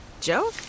Joe